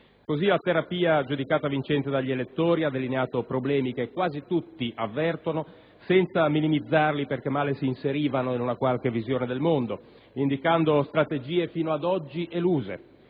Così, la terapia giudicata vincente dagli elettori ha delineato problemi che quasi tutti avvertono, senza minimizzarli perché male si inserivano in una qualche visione del mondo, indicando strategie fino ad oggi eluse: